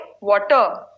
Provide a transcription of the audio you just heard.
water